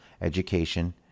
education